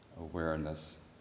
awareness